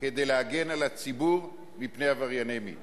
ושילבה בנוסח הצעת הממשלה את הצעותיהם של חבר הכנסת מוץ